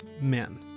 men